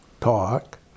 Talk